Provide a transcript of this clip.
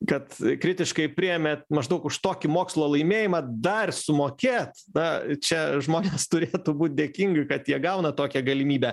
kad kritiškai priėmėt maždaug už tokį mokslo laimėjimą dar sumokėt na čia žmonės turėtų būt dėkingi kad jie gauna tokią galimybę